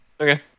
Okay